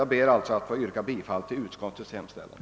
Jag ber alltså att få yrka bifall till utskottets hemställan.